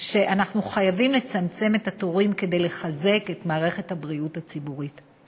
שאנחנו חייבים לצמצם את התורים כדי לחזק את מערכת הבריאות הציבורית.